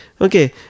okay